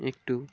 একটু